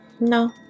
No